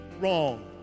wrong